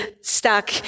stuck